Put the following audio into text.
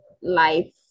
life